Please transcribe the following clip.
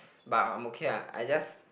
but I I'm okay ah I just